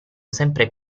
sempre